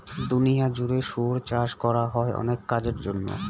দুনিয়া জুড়ে শুয়োর চাষ করা হয় অনেক কাজের জন্য